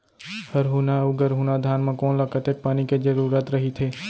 हरहुना अऊ गरहुना धान म कोन ला कतेक पानी के जरूरत रहिथे?